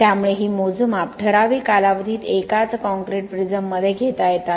त्यामुळे ही मोजमाप ठराविक कालावधीत एकाच काँक्रीट प्रिझममध्ये घेता येतात